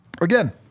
again